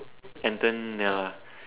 Antonella